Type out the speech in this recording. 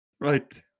Right